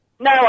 No